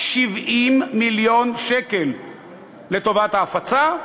70 מיליון שקל לטובת ההפצה,